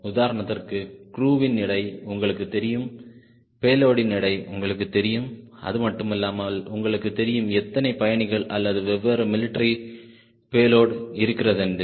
உதாரணத்திற்கு க்ருவின் எடை உங்களுக்கு தெரியும் பேலோடின் எடை உங்களுக்கு தெரியும் அதுமட்டுமல்லாமல் உங்களுக்கு தெரியும் எத்தனை பயணிகள் அல்லது வேறு மிலிட்டரி பேலோடு இருக்கிறதென்று